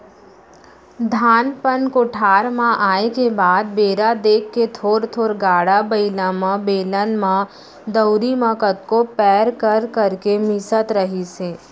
धान पान कोठार म आए के बाद बेरा देख के थोर थोर गाड़ा बइला म, बेलन म, दउंरी म कतको पैर कर करके मिसत रहिस हे